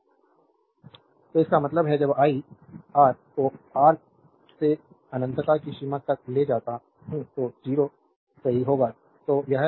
slide time देखें 1507 तो इसका मतलब है जब आई R को R से अनंतता की सीमा तक ले जाता हूँ तो 0 सही होगा